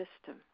system